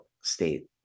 state